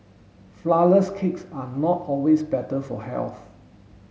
flourless cakes are not always better for health